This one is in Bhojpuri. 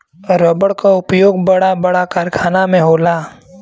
रबड़ क उपयोग बड़ा बड़ा कारखाना में होला